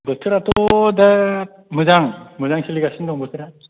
बोथोराथ' दा मोजां मोजां सोलिगासिनो दं बोथोरा